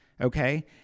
Okay